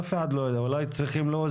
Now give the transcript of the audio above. אף אחד לא יודע, אולי צריך להוזיל.